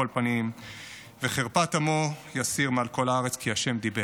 פנים וחרפת עמו יסיר מעל כל הארץ כי ה' דִּבר".